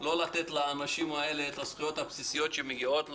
לא לתת לאנשים האלה את הזכויות הבסיסיות שמגיעות להם.